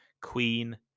queen